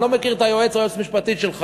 אני לא מכיר את היועץ או היועצת המשפטית שלך,